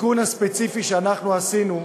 בתיקון הספציפי שאנחנו עשינו,